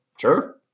Sure